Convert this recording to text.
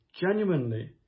genuinely